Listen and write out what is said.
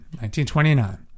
1929